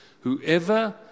Whoever